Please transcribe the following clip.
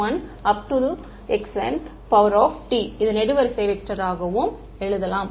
x n T நெடுவரிசை vector ஆகவும் எழுதலாம்